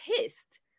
pissed